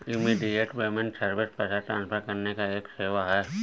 immediate payment service पैसा transfer करने का एक सेवा है